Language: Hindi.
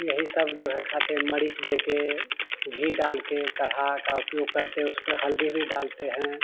यही सब जो है खाते मरीच दे कर घी डाल कर काढ़ा का उपयोग करते उसमें हल्दी भी डालते हैं